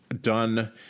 done